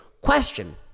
Question